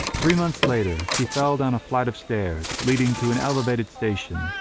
three months later she fell down a flight of stairs leading to an elevated station,